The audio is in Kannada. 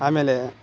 ಆಮೇಲೆ